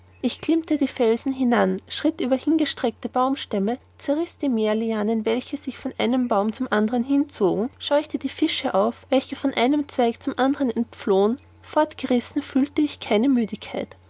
ich klimmte die felsen hinan schritt über hingestreckte baumstämme zerriß die meer lianen welche sich von einem baum zum anderen hinzogen scheuchte die fische auf welche von einem zweig zum anderen entflohen fortgerissen fühlte ich keine müdigkeit